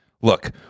Look